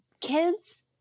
kids